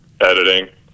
editing